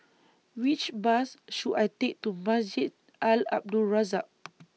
Which Bus should I Take to Masjid A L Abdul Razak